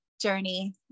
journey